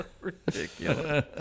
Ridiculous